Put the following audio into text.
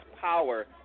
power